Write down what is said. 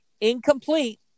incomplete